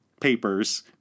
papers